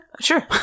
Sure